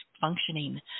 functioning